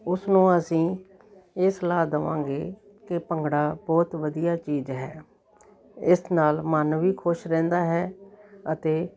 ਉਸਨੂੰ ਅਸੀਂ ਇਹ ਸਲਾਹ ਦੇਵਾਂਗੇ ਕਿ ਭੰਗੜਾ ਬਹੁਤ ਵਧੀਆ ਚੀਜ਼ ਹੈ ਇਸ ਨਾਲ ਮਨ ਵੀ ਖੁਸ਼ ਰਹਿੰਦਾ ਹੈ ਅਤੇ